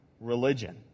religion